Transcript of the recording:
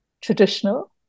traditional